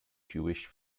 jewish